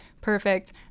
Perfect